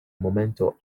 momento